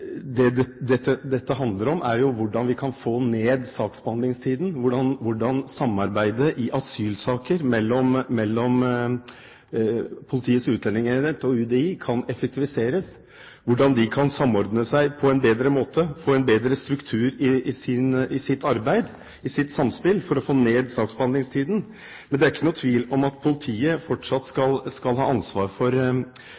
til komiteen. Dette handler jo om hvordan vi kan få ned saksbehandlingstiden, hvordan samarbeidet mellom Politiets utlendingsenhet og UDI i asylsaker kan effektiviseres, hvordan de kan samordnes på en bedre måte – få en bedre struktur og samspill i sitt arbeid for å få ned saksbehandlingstiden. Men det er ikke noen tvil om at politiet fortsatt